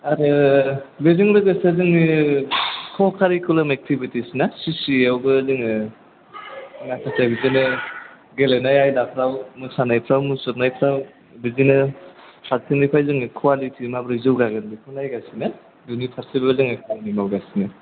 आरो बेजों लोगोसे जोंनि क कारिकुलार एकथिबिटिस ना सिसिएआवबो जोङो माखासे बिदिनो गेलेनाय आयदाफ्राव मोसानायफ्राव मुसुरनायफ्राव बिदिनो फारसेनिफ्राय जोङो कवालिटि माबोरै जौगागोन बेखौ नायगासिनो बेनि फारसेबो जोङो खामानि मावगासिनो